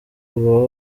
uba